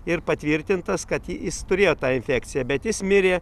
ir patvirtintas kad jis turėjo tą infekciją bet jis mirė